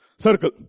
Circle